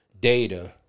data